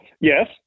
yes